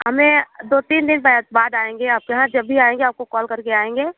हमें दो तीन दिन बाद आएँगे आपके यहाँ जब भी आएँगे आपको कॉल करके आएँगे